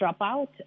dropout